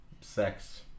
sex